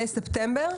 לספטמבר?